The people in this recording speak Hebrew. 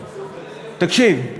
תקשיב,